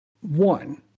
One